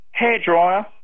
hairdryer